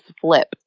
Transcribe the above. flip